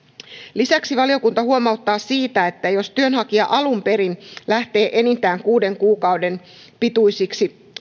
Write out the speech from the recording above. lisäksi valiokunta huomauttaa siitä että jos työnhakija alun perin lähtee enintään kuuden kuukauden